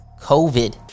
COVID